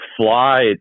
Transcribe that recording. fly